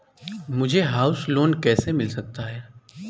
मुझे house loan कैसे मिल सकता है?